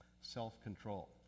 self-control